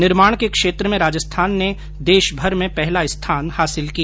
निर्माण के क्षेत्र में राजस्थान ने देषभर में पहला स्थान हासिल किया